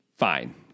fine